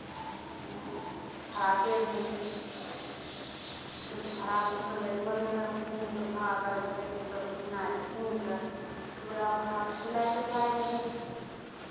अपनेसँ फराके भेलै तऽ फराक भेलै तऽ ओहिमे कीनि कऽ फराक अर भेलै तऽ ओसभ किनाय कीनि कऽ पूरा फराक सिलाइ चलबाय देबै